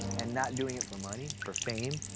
and not doing it for money, for fame,